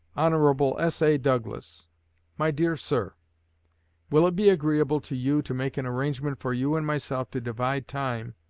hon. s a. douglas my dear sir will it be agreeable to you to make an arrangement for you and myself to divide time,